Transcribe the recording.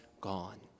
gone